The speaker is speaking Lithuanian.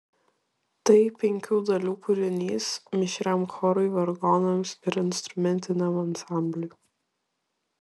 tai penkių dalių kūrinys mišriam chorui vargonams ir instrumentiniam ansambliui